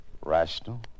Rational